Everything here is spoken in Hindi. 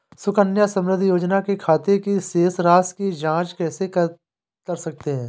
सुकन्या समृद्धि योजना के खाते की शेष राशि की जाँच कैसे कर सकते हैं?